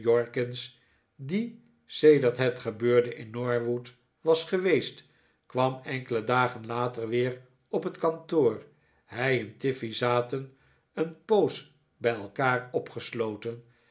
die sedert het gebeurde in norwood was geweest kwam enkele dagen later weer op het kantoor hij en tiffey zaten een poos bij elkaar opgesloten